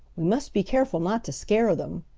we must be careful not to scare them.